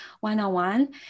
one-on-one